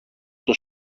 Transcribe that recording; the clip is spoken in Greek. στο